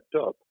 up